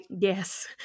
yes